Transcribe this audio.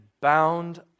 bound